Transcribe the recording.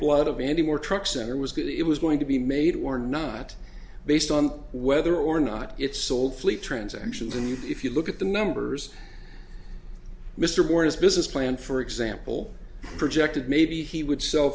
blood of any more trucks and there was good it was going to be made or not based on whether or not it's sold fleet transactions and if you look at the numbers mr morris business plan for example projected maybe he would sell